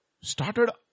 Started